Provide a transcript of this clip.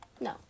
No